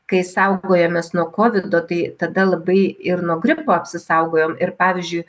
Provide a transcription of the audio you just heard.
kai saugojomės nuo kovido tai tada labai ir nuo gripo apsisaugojom ir pavyzdžiui